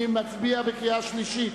אני עורך הצבעה בקריאה שלישית.